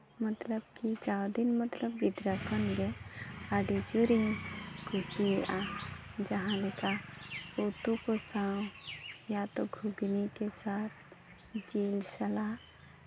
ᱢᱚᱛᱞᱚᱵ ᱠᱤ ᱡᱟᱣ ᱫᱤᱱ ᱢᱚᱛᱞᱚᱵ ᱜᱤᱫᱽᱨᱟᱹ ᱠᱷᱚᱱᱜᱮ ᱟᱹᱰᱤ ᱡᱳᱨᱤᱧ ᱠᱩᱥᱤᱭᱟᱜᱼᱟ ᱡᱟᱦᱟᱸᱞᱮᱠᱟ ᱩᱛᱩ ᱠᱚ ᱥᱟᱶ ᱭᱟᱛᱳ ᱜᱷᱩᱜᱽᱱᱤ ᱠᱮ ᱥᱟᱛᱷ ᱡᱤᱞ ᱥᱟᱞᱟᱜ